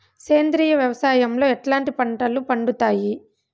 సేంద్రియ వ్యవసాయం లో ఎట్లాంటి పంటలు పండుతాయి